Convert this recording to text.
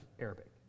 Arabic